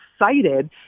excited